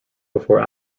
before